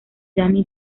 danny